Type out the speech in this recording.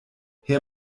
her